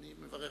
אני קובע